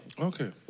Okay